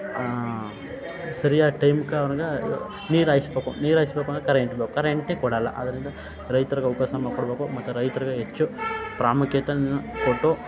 ಸರಿಯಾದ ಟೈಮ್ಕ ಅವುಗ ನೀರು ಹಾಯಿಸ್ಬೇಕು ನೀರು ಹಾಯಿಸ್ಬೇಕು ಅಂದರೆ ಕರೆಂಟ್ ಬೇಕು ಕರೆಂಟೇ ಕೊಡಲ್ಲ ಆದ್ದರಿಂದ ರೈತ್ರಗೆ ಅವ್ಕಾಶ ಮಾಡ್ಕೊಡಬೇಕು ಮತ್ತೆ ರೈತ್ರಿಗೆ ಹೆಚ್ಚು ಪ್ರಾಮುಖ್ಯತೆಯನ್ನ ಕೊಟ್ಟು